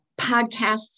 podcasts